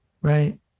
Right